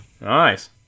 Nice